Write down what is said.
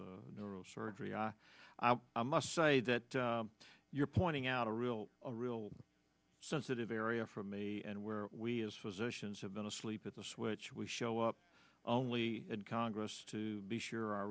neurosurgery i must say that you're pointing out a real a real sensitive area for me and where we as physicians have been asleep at the switch we show up only in congress to be sure our